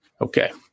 Okay